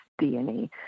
DNA